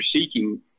seeking